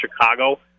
Chicago